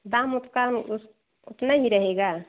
दाम उसका उस उतने ही में रहेगा